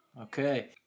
Okay